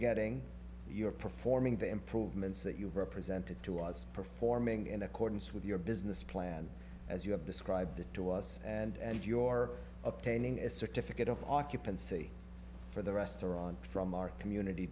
getting your performing the improvements that you've represented to us performing in accordance with your business plan as you have described it to us and your attaining a certificate of occupancy for the restaurant from our community